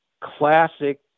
classic